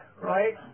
right